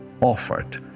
offered